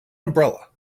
umbrella